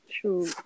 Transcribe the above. True